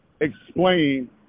explain